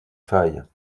failles